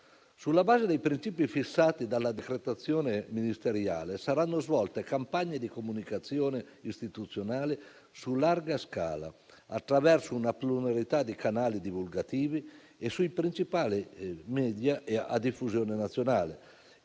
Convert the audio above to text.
Sulla base dei principi fissati dalla decretazione ministeriale, saranno svolte campagne di comunicazione istituzionale su larga scala attraverso una pluralità di canali divulgativi e sui principali *media* a diffusione nazionale,